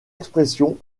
expression